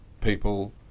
people